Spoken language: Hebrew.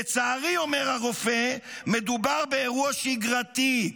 לצערי", אומר הרופא, "מדובר באירוע שגרתי".